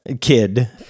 kid